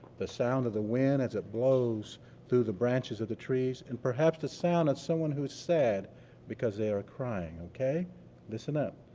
the sound of the wind as it blows through the branches of the trees and perhaps the sound of someone who's sad because they are crying, okay? so listen up.